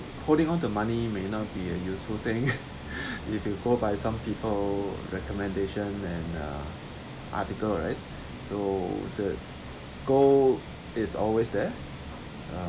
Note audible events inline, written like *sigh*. holding on the money may not be a useful thing *laughs* if you go by some people recommendation and uh article right so the gold is always there uh